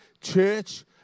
church